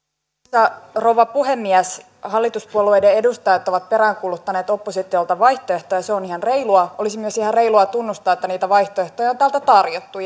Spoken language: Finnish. arvoisa rouva puhemies hallituspuolueiden edustajat ovat peräänkuuluttaneet oppositiolta vaihtoehtoja se on ihan reilua olisi myös ihan reilua tunnustaa että niitä vaihtoehtoja on täältä tarjottu